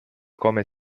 come